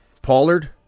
pollard